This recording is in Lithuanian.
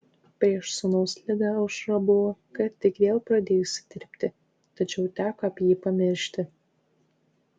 prieš sūnaus ligą aušra buvo ką tik vėl pradėjusi dirbti tačiau teko apie jį pamiršti